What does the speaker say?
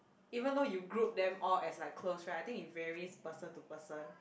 even though you group them all as like close right I think it varies person to person